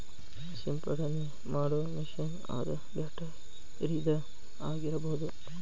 ಸಿಂಪಡನೆ ಮಾಡು ಮಿಷನ್ ಅದ ಬ್ಯಾಟರಿದ ಆಗಿರಬಹುದ